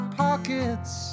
pockets